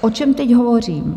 O čem teď hovořím?